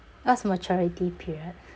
what's maturity period